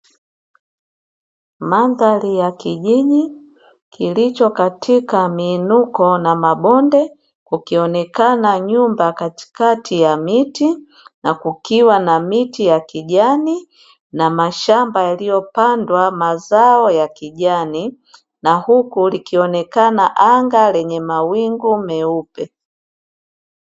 Mandhari ya kijiji kilicho katika miinuko na mabonde kukionekana nyumba katikati ya miti na kukiwa na miti ya kijani na mashamba yaliyopandwa mazao ya kijani na huku likionekana anga lenye mawingu meupe.